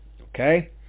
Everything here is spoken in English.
Okay